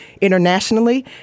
internationally